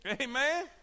Amen